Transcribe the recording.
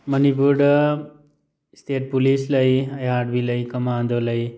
ꯃꯅꯤꯄꯨꯔꯗ state police ꯂꯩ IRB ꯂꯩ ꯀꯃꯥꯟꯗꯣ ꯂꯩ